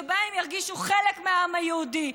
שבו הם ירגישו חלק מהעם היהודי.